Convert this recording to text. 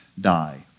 die